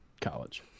college